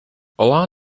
along